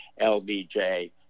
LBJ